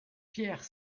pierre